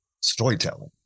storytelling